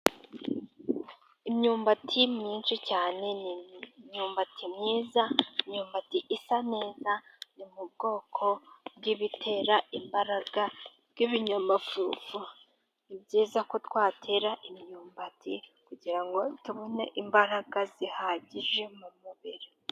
Imyumbati myinshi cyane, ni imyumbati myiza, ni imyumbati isa neza, ni mu bwoko bw'ibitera imbaraga bw'ibinyamafufu, Ni byiza ko twatera imyumbati kugira ngo tubone imbaraga zihagije mu mubiri.